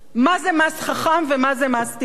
מה זה מס חכם ומה זה מס טיפש.